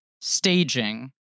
staging